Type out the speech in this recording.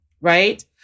right